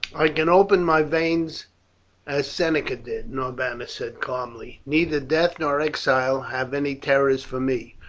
i can open my veins as seneca did, norbanus said calmly neither death nor exile have any terrors for me.